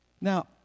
Now